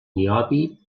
niobi